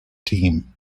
team